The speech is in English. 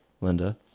linda